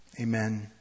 amen